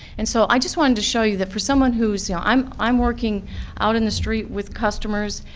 and so i just wanted to show you that for someone who's, you know, i'm i'm working out on the street with customers,